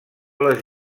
les